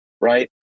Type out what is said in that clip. Right